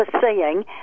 seeing